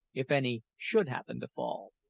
if any should happen to fall.